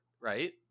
right